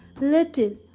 little